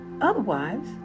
otherwise